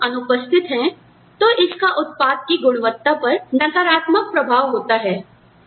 यदि लोग अनुपस्थित हैं तो इसका उत्पाद की गुणवत्ता पर नकारात्मक प्रभाव होता है